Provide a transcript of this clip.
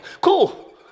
Cool